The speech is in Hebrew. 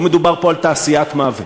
לא מדובר פה על תעשיית מוות.